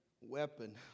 weapon